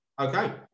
Okay